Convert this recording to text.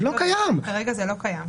כרגע זה לא קיים.